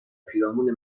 پیرامون